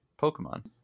Pokemon